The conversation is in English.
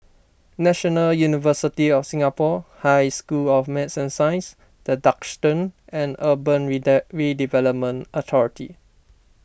National University of Singapore High School of Math Science the Duxton and Urban Redevelopment Authority